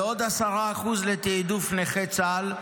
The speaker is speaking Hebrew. עוד 10% לתיעדוף נכי צה"ל,